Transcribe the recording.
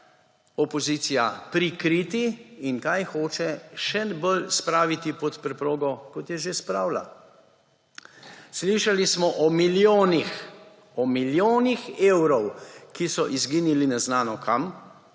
opozicija prikriti in kaj hoče še bolj spraviti pod preprogo, kot je že spravila. Slišali smo o milijonih evrov, ki so izginili neznano kam